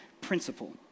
principle